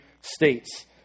states